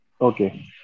Okay